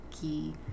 key